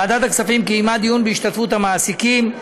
ועדת הכספים קיימה דיון בהשתתפות המעסיקים,